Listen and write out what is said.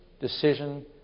decision